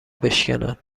بشکنن